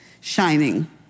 shining